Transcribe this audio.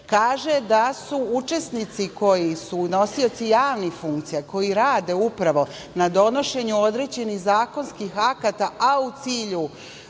kaže da su učesnici koji su nosioci javnih funkcija, koji rade upravo na donošenju određenih zakonskih akata, a u cilju